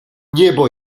niebo